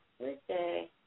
birthday